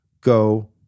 Go